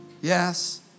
Yes